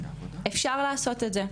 אפשר לעשות את זה.